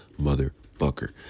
motherfucker